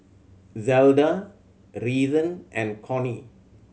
Zelda Reason and Cornie